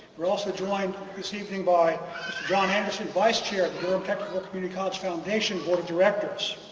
we're also joined this evening by john anderson vice chair at the durham technical community college foundation board of directors.